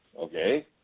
okay